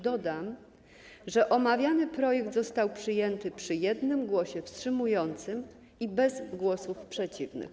Dodam, że omawiany projekt został przyjęty przy jednym głosie wstrzymującym i bez głosów przeciwnych.